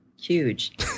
huge